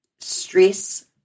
stress